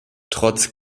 trotz